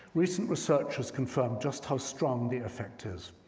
recent research has confirmed just how strong the effect is.